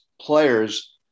players